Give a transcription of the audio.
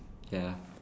ya